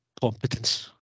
competence